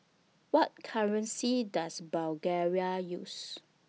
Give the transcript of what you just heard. What currency Does Bulgaria use